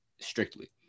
strictly